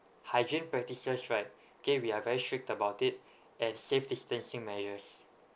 hygiene practices right K we are very strict about it and safe distancing measures